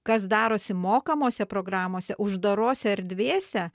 kas darosi mokamose programose uždarose erdvėse